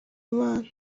imana